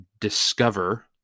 discover